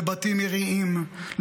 בבתים ארעיים,